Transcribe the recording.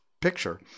picture